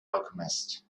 alchemist